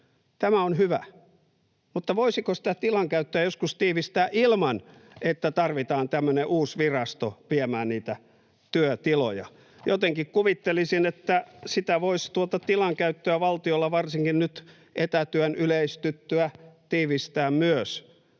Tämä on hyvä, mutta voisiko sitä tilankäyttöä joskus tiivistää ilman, että tarvitaan tämmöinen uusi virasto viemään niitä työtiloja? Jotenkin kuvittelisin, että sitä voisi tilankäyttöä valtiolla varsinkin nyt etätyön yleistyttyä tiivistää myös